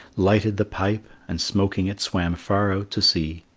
lighted the pipe and smoking it swam far out to sea.